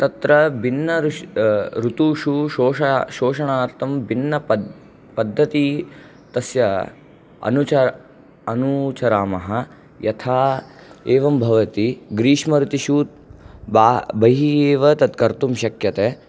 तत्र भिन्न ऋश् ऋतुषु शोषा शोषणार्थं भिन्न पद् पद्धतिं तस्य अनुच अनुचरामः यथा एवं भवति ग्रीष्म ऋतुषु बा बहिः एव तत् कर्तुं शक्यते